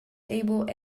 able